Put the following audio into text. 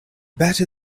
better